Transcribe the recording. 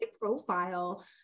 profile